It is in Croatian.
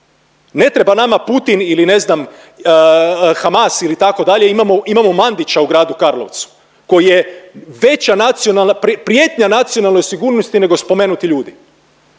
Ne treba nama Putin ili ne znam HAMAS ili itd. imamo Mandića u gradu Karlovcu koji je veća nacionalna, prijetnja nacionalnoj sigurnosti nego spomenuti ljudi.